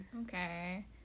Okay